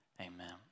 amen